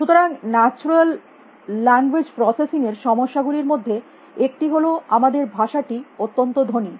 সুতরাং natural language processing এর সমস্যাগুলির মধ্যে একটি হল যে আমাদের ভাষাটি অত্যন্ত ধনী